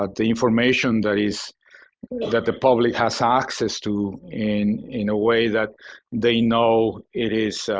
ah the information that is that the public has ah access to in in a way that they know it is